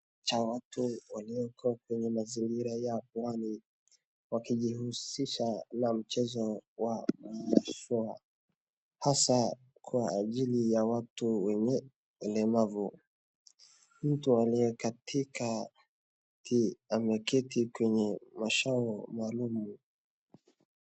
Cha watu waliokua kwenye mazingira ya pwani wakijihusisha na mchezo wa mashoa hasa kwa ajili ya watu wenye ulemavu. Mtu aliye katikati ameketi kwenye mashao maalum.